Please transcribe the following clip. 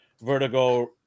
Vertigo